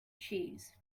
cheese